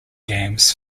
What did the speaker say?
games